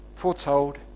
foretold